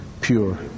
pure